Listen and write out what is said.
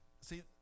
see